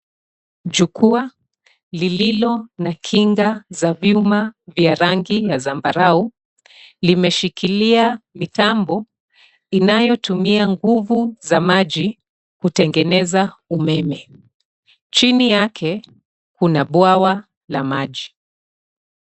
Jukwaa lililo na kinga za vyuma vya rangi la zambarau, imeshikilia mitambo inayotumia nguvu za maji kutengeneza umeme. Chini yake kuna bwawa la maji.